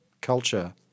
culture